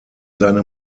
seine